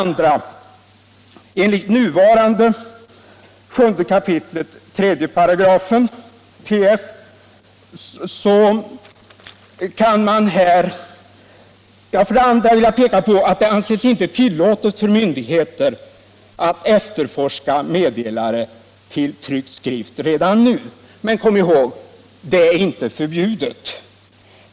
Vidare vill jag peka på att det enligt 7 kap. 3 § i gällande TF redan nu inte anses tillåtet för myndigheter att efterforska meddelare till tryckt skrift. Men kom ihåg: det är inte förbjudet.